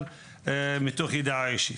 אבל מתוך ידיעה אישית.